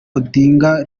odinga